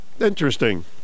interesting